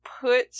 put